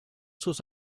sus